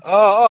अह अह